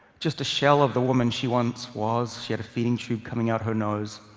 just a shell of the woman she once was. she had a feeding tube coming out her nose.